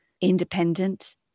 independent